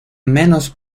menos